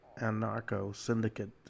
anarcho-syndicate